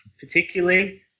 Particularly